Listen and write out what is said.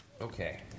Okay